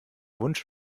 wunsch